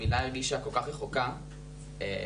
המילה הרגישה כל כך רחוקה ממני,